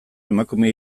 emakume